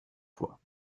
fois